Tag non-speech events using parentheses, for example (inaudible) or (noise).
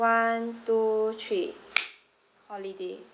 one two three (noise) holiday